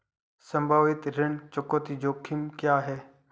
संभावित ऋण चुकौती जोखिम क्या हैं?